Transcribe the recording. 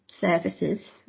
services